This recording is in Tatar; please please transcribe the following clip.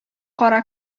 кара